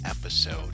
episode